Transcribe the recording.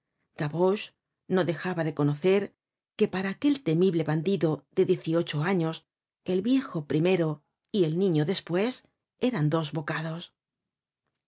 gavroche no dejaba de conocer que para aquel temible bandido de diez y ocho años el viejo primero y el niño despues eran dos bocados